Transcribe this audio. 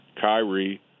Kyrie